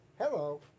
Hello